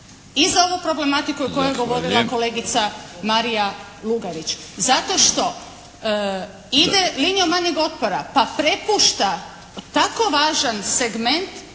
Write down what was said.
i za ovu problematiku o kojoj je govorila kolegica Marija Lugarić, zato što ide linijom manjeg otpora pa prepušta tako važan segment